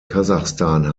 kasachstan